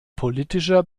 politischer